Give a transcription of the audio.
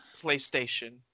PlayStation